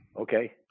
Okay